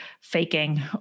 faking